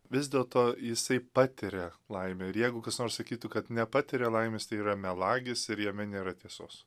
vis dėlto jisai patiria laimę ir jeigu kas nors sakytų kad nepatiria laimės tai yra melagis ir jame nėra tiesos